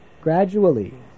gradually